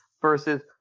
versus